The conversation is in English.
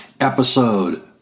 episode